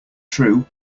true